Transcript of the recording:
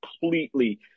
completely